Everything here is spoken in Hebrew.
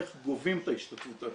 איך גובים את ההשתתפות העצמית,